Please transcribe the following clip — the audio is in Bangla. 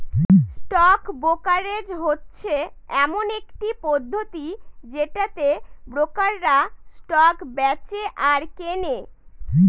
স্টক ব্রোকারেজ হচ্ছে এমন একটি পদ্ধতি যেটাতে ব্রোকাররা স্টক বেঁচে আর কেনে